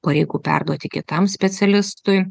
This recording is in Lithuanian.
pareigų perduoti kitam specialistui